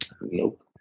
Nope